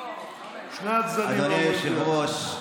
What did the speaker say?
אדוני היושב-ראש,